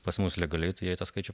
pas mus legaliai tai jie tą skaičių